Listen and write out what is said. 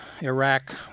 Iraq